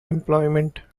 employment